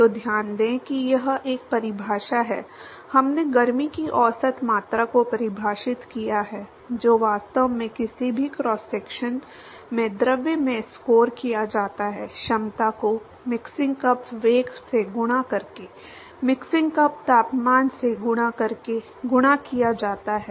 तो ध्यान दें कि यह एक परिभाषा है हमने गर्मी की औसत मात्रा को परिभाषित किया है जो वास्तव में किसी भी क्रॉस सेक्शन में द्रव में स्कोर किया जाता है क्षमता को मिक्सिंग कप वेग से गुणा करके मिक्सिंग कप तापमान से गुणा करके गुणा किया जाता है